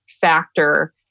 factor